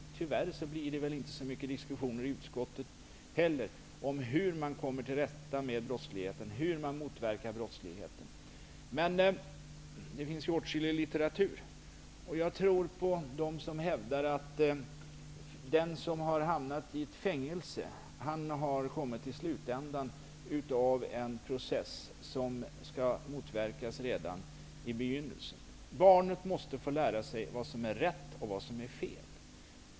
Tyvärr blir det inte så mycket diskussioner i utskottet heller om hur man kommer till rätta med brottsligheten och hur man kan motverka den. Men det finns åtskillig litteratur. Jag tror på dem som hävdar att den som har hamnat i fängelse har kommit till slutändan av en process som skall motverkas redan i begynnelsen. Barnet måste få lära sig vad som är rätt och vad som är fel.